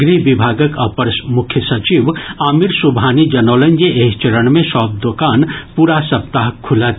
गृह विभागक अपर मुख्य सचिव आमिर सुबहानी जनौलनि जे एहि चरण मे सभ दोकान पूरा सप्ताह खुलत